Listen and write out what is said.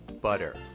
butter